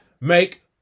make